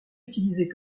utilisée